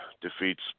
defeats